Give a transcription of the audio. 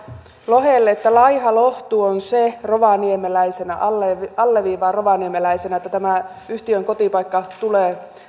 lohelle että laiha lohtu on se rovaniemeläisenä alleviivaan alleviivaan rovaniemeläisenä että tämä yhtiön kotipaikka tulee